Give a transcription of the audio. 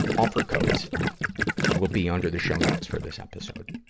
offer codes will be under the show notes for this episode.